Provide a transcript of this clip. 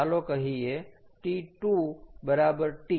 ચાલો કહીએ T2 બરાબર T